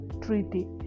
Treaty